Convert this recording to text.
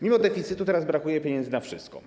Mimo deficytu teraz brakuje pieniędzy na wszystko.